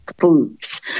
foods